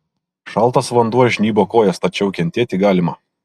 šaltas vanduo žnybo kojas tačiau kentėti galima